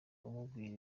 umubwira